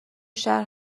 شهر